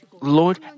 Lord